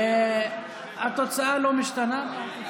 התוצאה לא משתנה.